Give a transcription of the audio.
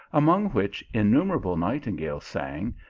among which innumerable nightingales sang,